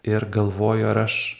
ir galvoju ar aš